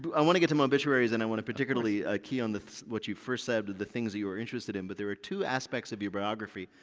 but i want to get to mobituaries and i want to particularly ah key on what you first said, the things you were interested in but there are two aspects of your biography,